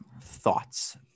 thoughts